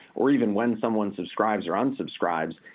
or even when someone subscribes or unsubscribes.